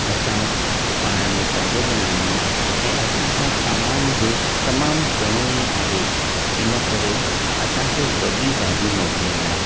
असां पाण में पंज ॼणा आहियूं ऐं असांसां सामानु बि तमामु घणोई आहे इन करे असांखे वॾी गाॾी मोकिलींदा